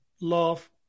love